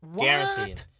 Guaranteed